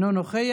אינו נוכח.